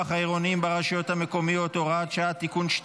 העירוניים ברשויות המקומיות (הוראת שעה) (תיקון מס'